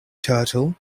turtle